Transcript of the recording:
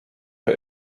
pay